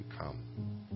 come